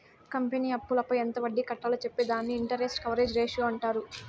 company అప్పులపై ఎంత వడ్డీ కట్టాలో చెప్పే దానిని ఇంటరెస్ట్ కవరేజ్ రేషియో అంటారు